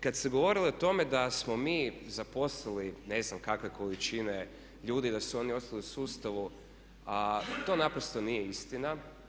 Kad se govorilo o tome da smo mi zaposlili ne znam kakve količine ljudi, da su oni ostali u sustavu to naprosto nije istina.